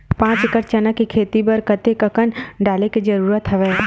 पांच एकड़ चना के खेती बर कते कन डाले के जरूरत हवय?